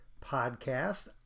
podcast